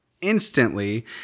instantly